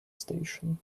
station